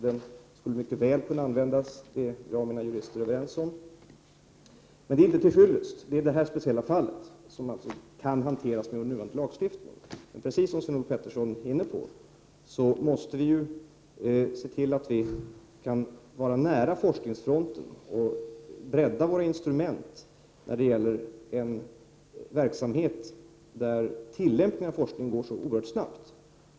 Jag och mina jurister är överens om att den mycket väl skulle kunna användas. Detta är emellertid inte till fyllest i det här speciella fallet, som alltså kan hanteras med vår nuvarande lagstiftning. Precis som Sven-Olof Petersson sade måste vi se till att vi kan vara nära forskningsfronten och bredda våra instrument när det gäller en verksamhet där tillämpningen av forskningen går så oerhört snabbt.